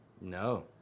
No